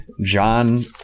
John